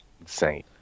insane